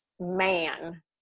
Man